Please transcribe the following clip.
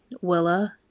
Willa